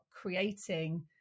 creating